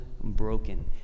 broken